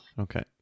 Okay